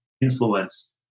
influence